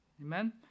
Amen